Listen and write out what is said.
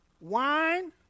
wine